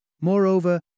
Moreover